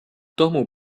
tomu